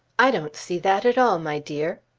i don't see that at all, my dear.